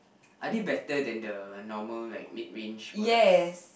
are they better than the normal like mid range products